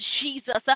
Jesus